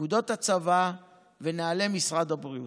פקודות הצבא ונוהלי משרד הבריאות.